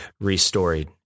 restored